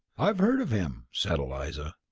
i've heard of him, said eliza.